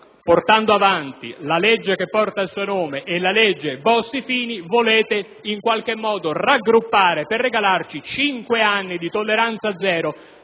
portando avanti la legge che reca il nome del ministro Giovanardi e la legge Bossi-Fini, volete in qualche modo raggruppare per regalarci cinque anni di tolleranza zero